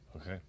okay